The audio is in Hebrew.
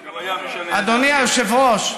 אדוני היושב-ראש,